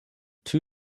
two